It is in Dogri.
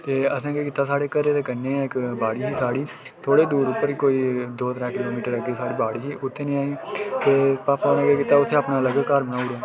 ते असें केह् कीता साढ़े घरै दे कन्नै गै बाड़ी ही इक साढ़ी थोह्डी गै दूर कोई दौ त्रै किलो मीटर दूर साढ़ी बाड़ी ही भापा होरें केह् कीता उत्थै अपना अलग घर बनाई ओडे़आ